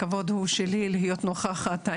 הכבוד הוא שלי להיות נוכחת.